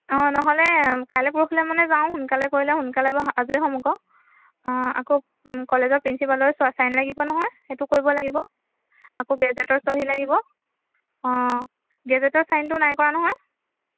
অঁ ন'হলে কাইলৈ পৰহিলৈ মানে যাওঁ সোনকালে কৰিলে সোনকালে আজৰি হ'ম আকৌ অঁ আকৌ কলেজৰ প্ৰিন্সিপালৰ চোৱা চাইন লাগিব নহয় সেইটো কৰিব লাগিব আকৌ গেজেটৰ চহী লাগিব অঁ গেজেটৰ চাইনটো নাই কৰা নহয়